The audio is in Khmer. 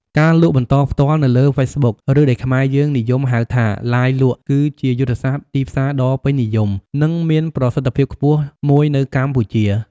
ការលក់បន្តផ្ទាលនៅលើ Facebook ឬដែលខ្មែរយើងនិយមហៅថា Live លក់ គឺជាយុទ្ធសាស្ត្រទីផ្សារដ៏ពេញនិយម និងមានប្រសិទ្ធភាពខ្ពស់មួយនៅកម្ពុជា។